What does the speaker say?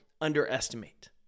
underestimate